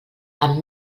amb